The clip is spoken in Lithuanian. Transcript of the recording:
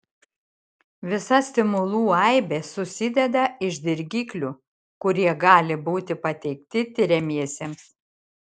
visa stimulų aibė susideda iš dirgiklių kurie gali būti pateikti tiriamiesiems